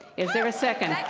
is there a second?